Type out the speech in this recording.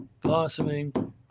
blossoming